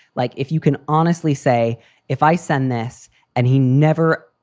like if you can honestly say if i send this and he never,